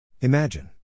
Imagine